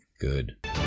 good